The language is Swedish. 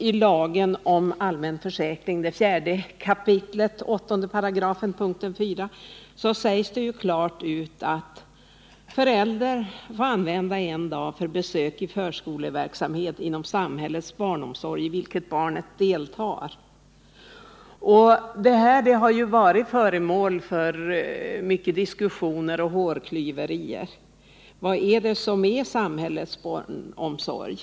I lagen om allmän försäkring 4 kap. 8§ punkten 4 sägs det klart ut att förälder har rätt till föräldrapenning vid besök under en dag i förskoleverksamhet inom samhällets barnomsorg i vilken barnet deltar. Detta har varit föremål för en myckenhet av diskussion och hårklyverier. Vad skall betraktas som samhällets barnomsorg?